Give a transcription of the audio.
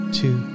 two